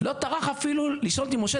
לא טרח אפילו לשאול אותי: משה,